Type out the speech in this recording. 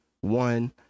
one